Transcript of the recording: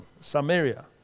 Samaria